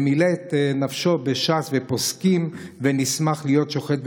הוא מילא נפשו בש"ס ובפוסקים ונסמך להיות שוחט,